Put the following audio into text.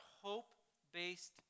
hope-based